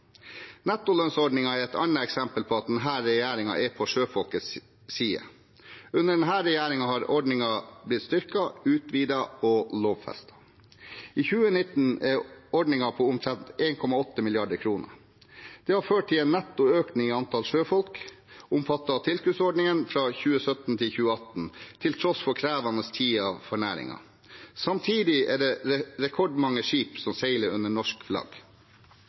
Nettolønnsordningen er et annet eksempel på at denne regjeringen er på sjøfolkenes side. Under denne regjeringen har ordningen blitt styrket, utvidet og lovfestet. I 2019 er ordningen på omtrent 1,8 mrd. kr. Dette har ført til en netto økning i antall sjøfolk omfattet av tilskuddsordningen fra 2017 til 2018, til tross for krevende tider for næringen. Samtidig er det rekordmange skip som seiler under norsk flagg.